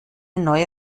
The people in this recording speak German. neue